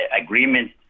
agreement